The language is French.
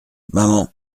maman